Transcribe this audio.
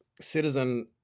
Citizen